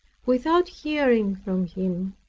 without hearing from him